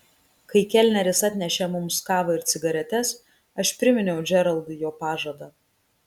kai kelneris atnešė mums kavą ir cigaretes aš priminiau džeraldui jo pažadą